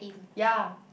ya